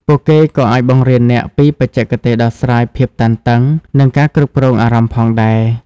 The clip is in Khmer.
ពួកគេក៏អាចបង្រៀនអ្នកពីបច្ចេកទេសដោះស្រាយភាពតានតឹង និងការគ្រប់គ្រងអារម្មណ៍ផងដែរ។